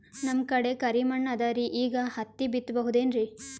ನಮ್ ಕಡೆ ಕರಿ ಮಣ್ಣು ಅದರಿ, ಈಗ ಹತ್ತಿ ಬಿತ್ತಬಹುದು ಏನ್ರೀ?